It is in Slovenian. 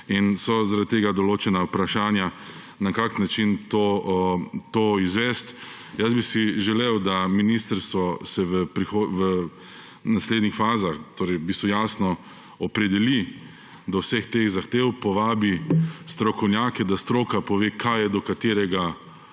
in so zaradi tega določena vprašanja, na kakšen način to izvesti. Želel bi si, da se ministrstvo v naslednjih fazah jasno opredeli do vseh teh zahtev, povabi strokovnjake, da stroka pove, kaj je do katerega